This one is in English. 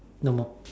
no more